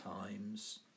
times